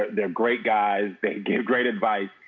they're great guys. they give great advice.